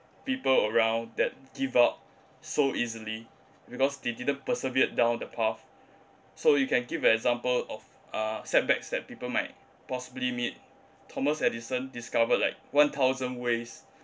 people around that give up so easily because they didn't persevere down the path so you can give an example of uh setbacks that people might possibly meet thomas edison discovered like one thousand ways